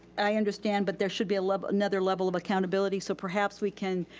i understand, but there should be a level, another level of accountability. so perhaps we can,